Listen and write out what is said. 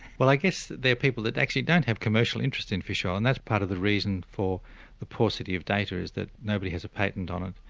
well i guess they're people who actually don't have commercial interest in fish oil and that's part of the reason for the paucity of data is that nobody has a patent on it,